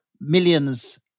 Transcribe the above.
millions